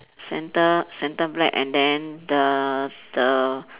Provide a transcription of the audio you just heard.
centre centre black and then the the